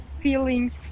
feelings